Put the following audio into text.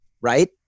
right